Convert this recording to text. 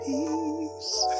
Peace